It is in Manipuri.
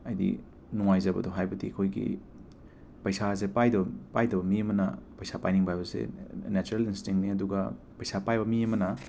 ꯍꯥꯏꯗꯤ ꯅꯨꯡꯉꯥꯏꯖꯕꯗꯣ ꯍꯥꯏꯕꯗꯤ ꯑꯩꯈꯣꯏꯒꯤ ꯄꯩꯁꯥꯁꯦ ꯄꯥꯏꯗꯕ ꯄꯥꯏꯗꯕ ꯃꯤ ꯑꯃꯅ ꯄꯩꯁꯥ ꯄꯥꯏꯅꯤꯡꯕ ꯍꯥꯏꯕꯁꯦ ꯅꯦꯆꯔꯦꯜ ꯏꯟꯁ꯭ꯇꯤꯡꯅꯤ ꯑꯗꯨꯒ ꯄꯩꯁꯥ ꯄꯥꯏꯕ ꯃꯤ ꯑꯃꯅ